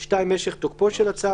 (2) משך תוקפו של הצו,